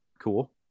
cool